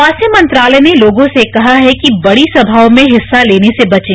स्वास्थ्य मंत्रालय ने लोगों से कहा है कि बड़ी समात्रों में हिस्सा लेने से बचें